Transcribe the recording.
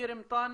עביר מטאנס?